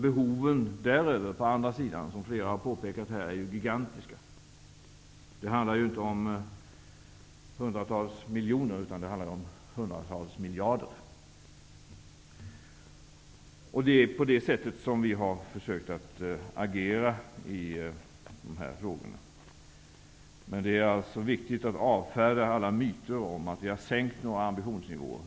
Behoven på andra sidan Östersjön är, som flera av er har påpekat här, gigantiska. Det handlar inte om hundratals miljoner utan om hundratals miljarder. Det är på detta sätt vi har försökt att agera i de här frågorna. Men det är alltså viktigt att avfärda alla myter om att vi har sänkt ambitionsnivån.